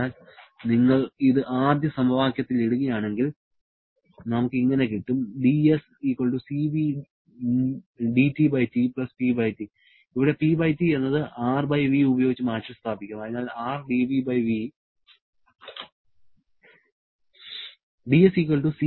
അതിനാൽ നിങ്ങൾ ഇത് ആദ്യ സമവാക്യത്തിൽ ഇടുകയാണെങ്കിൽ നമുക്ക് ഇങ്ങനെ കിട്ടും ഇവിടെ 'PT' എന്നത് 'Rv' ഉപയോഗിച്ച് മാറ്റിസ്ഥാപിക്കാം അതിനാൽ 'R dv v'